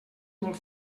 molt